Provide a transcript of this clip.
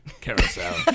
Carousel